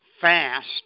fast